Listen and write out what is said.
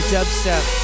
Dubstep